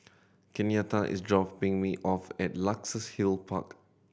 Kenyatta is dropping me off at Luxus Hill Park